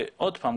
עוד פעם,